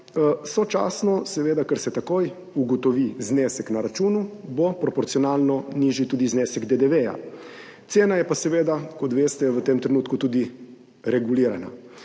Sočasno, ker se takoj ugotovi znesek na računu, bo proporcionalno nižji tudi znesek DDV. Cena je pa seveda, kot veste, v tem trenutku tudi regulirana.